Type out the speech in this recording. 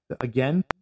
again